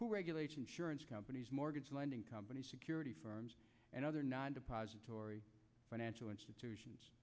who regulates insurance companies mortgage lending companies security firms and other non depository financial institutions